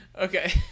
Okay